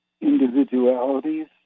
individualities